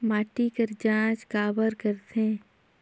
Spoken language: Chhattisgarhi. माटी कर जांच काबर करथे?